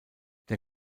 der